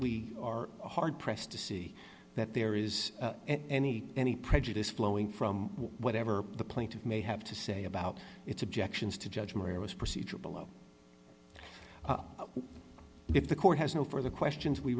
we are hard pressed to see that there is any any prejudice flowing from whatever the plaintiff may have to say about its objections to judge maria was procedure below if the court has no further questions we